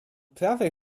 prawej